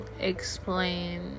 explain